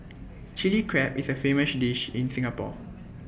Chilli Crab is A famous dish in Singapore